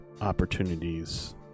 opportunities